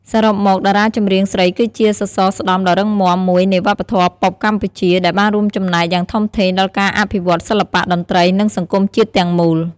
សរុបមក តារាចម្រៀងស្រីគឺជា សសរស្តម្ភដ៏រឹងមាំ មួយនៃវប្បធម៌ប៉ុបកម្ពុជា ដែលបានរួមចំណែកយ៉ាងធំធេងដល់ការអភិវឌ្ឍន៍សិល្បៈ តន្ត្រី និងសង្គមជាតិទាំងមូល។